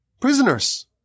prisoners